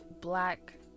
black